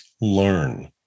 Learn